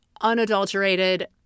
unadulterated